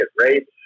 rates